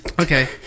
Okay